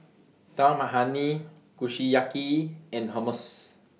Dal Makhani Kushiyaki and Hummus